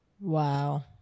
Wow